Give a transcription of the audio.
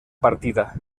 partida